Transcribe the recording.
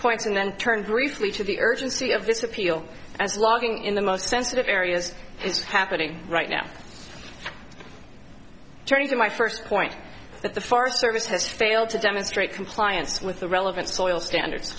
points and then turn briefly to the urgency of this appeal as walking in the most sensitive areas is happening right now turning to my first point that the forest service has failed to demonstrate compliance with the relevant soil standards